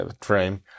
frame